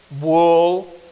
wool